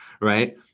right